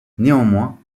néanmoins